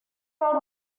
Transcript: world